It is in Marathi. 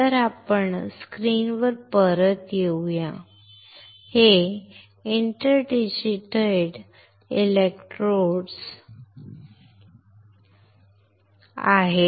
तर आपण स्क्रीनवर परत येऊ या हे आंतर डिजिटेटेड इलेक्ट्रोड्स आहेत